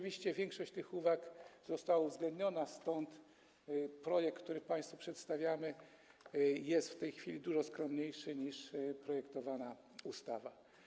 Większość tych uwag została uwzględniona, stąd projekt, który państwu przedstawiamy, jest w tej chwili dużo skromniejszy niż projektowana ustawa.